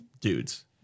dudes